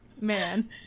man